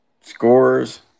scores